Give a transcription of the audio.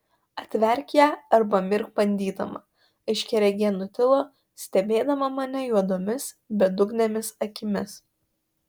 atverk ją arba mirk bandydama aiškiaregė nutilo stebėdama mane juodomis bedugnėmis akimis